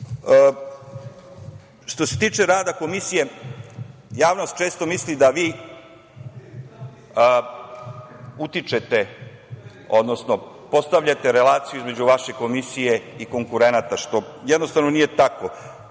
se tiče rada Komisije, javnost često misli da vi utičete, odnosno postavljate relaciju između vaše Komisije i konkurenata, što jednostavno nije tako.